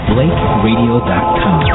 BlakeRadio.com